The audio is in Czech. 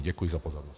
Děkuji za pozornost.